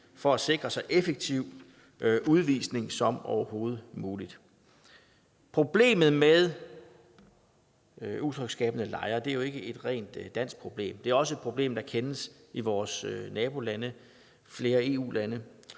for at sikre så effektiv udvisning som overhovedet muligt. Problemet med utryghedsskabende lejre er jo ikke et rent dansk problem. Det er også et problem, der kendes i vores nabolande og flere EU-lande,